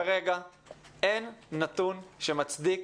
כרגע אין נתון שמצדיק